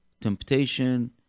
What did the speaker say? temptation